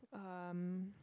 um